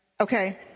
Okay